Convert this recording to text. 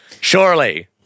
surely